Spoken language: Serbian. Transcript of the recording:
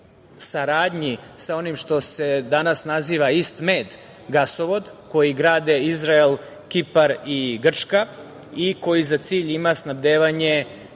sa onim što se danas naziva „Ist Med“ gasovod, koji grade Izrael, Kipar i Grčka i koji za cilj ima snabdevanje